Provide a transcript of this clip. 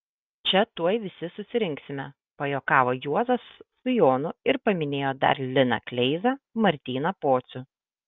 čia tuoj visi susirinksime pajuokavo juozas su jonu ir paminėjo dar liną kleizą martyną pocių